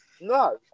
No